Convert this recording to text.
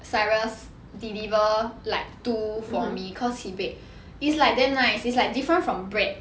cyrus deliver like two for me cause he bake is like damn nice it's like different from bread